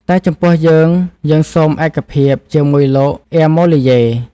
តែចំពោះយើងៗសូមឯកភាពជាមួយលោក អែម៉ូលីយេ។